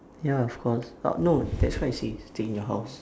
ya of course but no that's why I say stay in your house